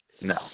No